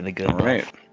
Right